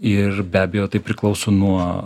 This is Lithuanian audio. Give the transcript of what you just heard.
ir be abejo tai priklauso nuo